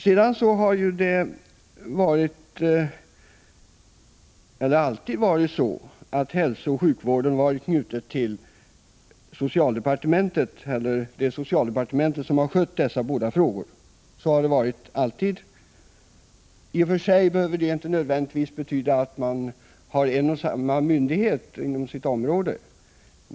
Det har ju alltid varit så att det är socialdepartementet som har skött frågor som rör hälsooch sjukvården. Det behöver i och för sig nödvändigtvis inte betyda att man har en och samma myndighet inom sitt område.